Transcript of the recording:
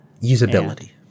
Usability